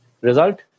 Result